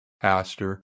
pastor